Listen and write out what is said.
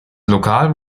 lokal